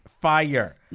fire